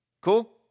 Cool